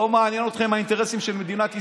לא מעניין אתכם האינטרסים של מדינת ישראל,